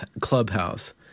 Clubhouse